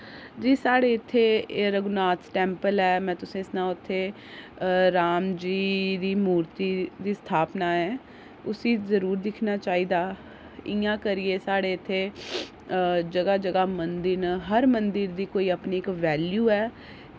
जी साढ़े इत्थै रघुनाथ टैम्पल ऐ में तुसें सनां उत्थै राम जी दी मूर्ति दी स्थापना ऐ उस्सी जरूर दिक्खना चाहिदा इ'यां करियै साढ़े इत्थै जगह् जगह् मंदर न हर मंदर दी कोई अपनी इक वैल्यू ऐ ते इ'यां ही बड़े सारी चीजां न साढ़े जम्मू दिक्खने आह्लियां